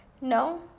No